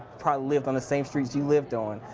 probably lived on the same streets you lived on.